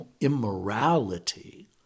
immorality